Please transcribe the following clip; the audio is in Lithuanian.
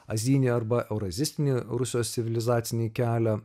azijinį arba eurazistinį rusijos civilizacinį kelią